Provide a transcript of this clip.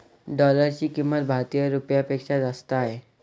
डॉलरची किंमत भारतीय रुपयापेक्षा जास्त आहे